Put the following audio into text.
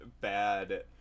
bad